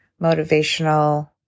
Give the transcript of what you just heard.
motivational